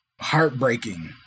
heartbreaking